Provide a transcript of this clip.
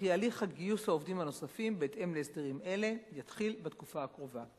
וכי הליך גיוס העובדים הנוספים בהתאם להסדרים אלה יתחיל בתקופה הקרובה.